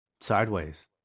Sideways